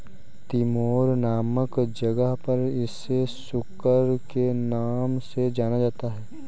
Timor नामक जगह पर इसे सुकर के नाम से जाना जाता है